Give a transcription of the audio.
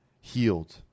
Healed